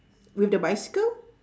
with the bicycle